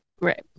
Right